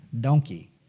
donkey